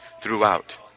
throughout